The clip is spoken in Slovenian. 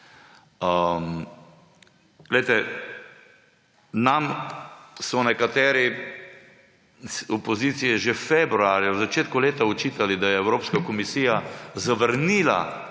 Glejte, nam so nekateri iz opozicije že februarja, v začetku leta očitali, da je Evropska komisija zavrnila